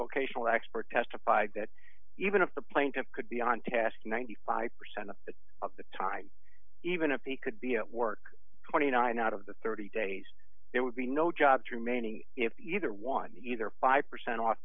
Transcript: vocational expert testified that even if the plaintiff could be on task ninety five percent of the time even if he could be at work twenty nine dollars out of the thirty days it would be no job remaining if either one either five percent off